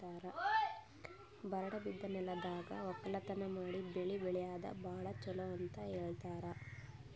ಬರಡ್ ಬಿದ್ದ ನೆಲ್ದಾಗ ವಕ್ಕಲತನ್ ಮಾಡಿ ಬೆಳಿ ಬೆಳ್ಯಾದು ಭಾಳ್ ಚೊಲೋ ಅಂತ ಹೇಳ್ತಾರ್